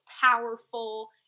powerful